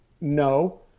No